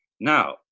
Now